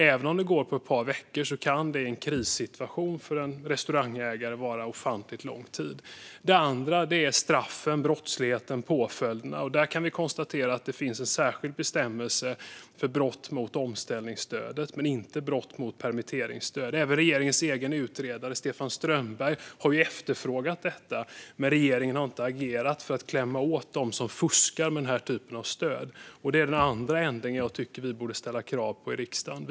Även om det går på ett par veckor kan det i en krissituation för en restaurangägare vara ofantligt lång tid. Det andra är straffen, brottsligheten och påföljderna. Där kan vi konstatera att det finns en särskild bestämmelse för brott mot omställningsstödet men inte för brott mot permitteringsstöd. Även regeringens egen utredare Stefan Strömberg har ju efterfrågat detta, men regeringen har inte agerat för att klämma åt dem som fuskar med den här typen av stöd. Det är den andra änden där jag tycker att vi borde ställa krav i riksdagen.